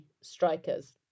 Strikers